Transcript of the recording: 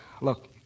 Look